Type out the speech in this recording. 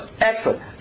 excellent